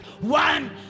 One